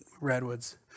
Redwoods